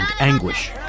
anguish